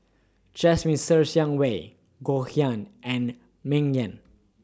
Jasmine Ser Xiang Wei Goh Yihan and Ming Yen